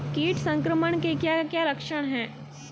कीट संक्रमण के क्या क्या लक्षण हैं?